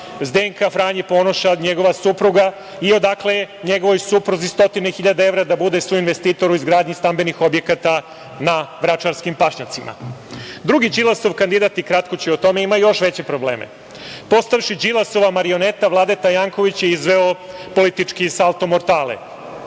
Zdenka Franje Ponoša, njegova supruga i odakle njegovoj supruzi stotine hiljada evra da bude suinvestitor u izgradnji stambenih objekata na vračarskim pašnjacima? Drugi Đilasov kandidat i kratko ću o tome, ima još veće probleme. Postavši Đilasova marioneta, Vladeta Janković je izveo politički salto mortale.